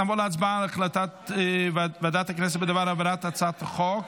נעבור להצבעה על החלטת ועדת הכנסת בדבר העברת הצעת החוק